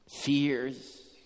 Fears